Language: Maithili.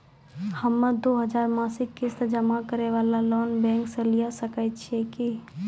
हम्मय दो हजार मासिक किस्त जमा करे वाला लोन बैंक से लिये सकय छियै की?